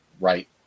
right